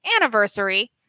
anniversary